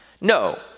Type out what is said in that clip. No